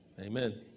Amen